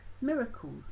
miracles